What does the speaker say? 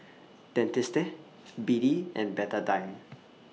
Dentiste B D and Betadine